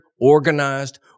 organized